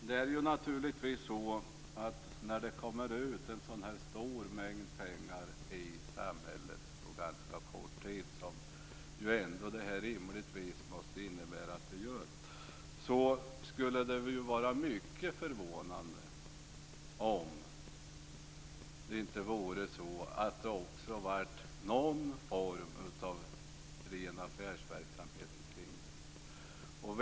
Herr talman! När det kommer ut en sådan stor mängd pengar i samhället på ganska kort tid, som det ändå rimligtvis måste göra, skulle det vara mycket förvånande om det inte också blev någon form av ren affärsverksamhet kring det.